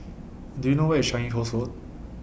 Do YOU know Where IS Changi Coast Road